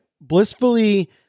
blissfully